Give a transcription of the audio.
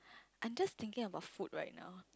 I'm just thinking about food right now